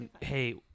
Hey